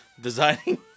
designing